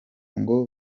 ngo